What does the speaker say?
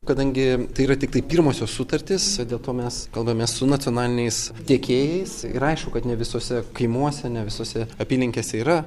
kadangi tai yra tiktai pirmosios sutartys dėl to mes kalbamės su nacionaliniais tiekėjais ir aišku kad ne visuose kaimuose ne visose apylinkėse yra